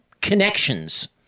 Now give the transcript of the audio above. connections